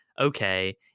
Okay